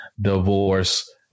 divorce